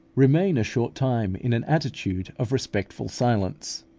remain a short time in an attitude of respectful silence.